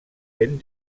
ben